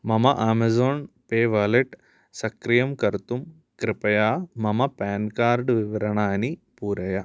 मम Amazon pay wallet सक्रियं कर्तुं कृपया मम पेन् कार्ड् विवरणानि पूरय